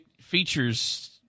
features